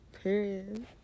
Period